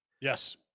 Yes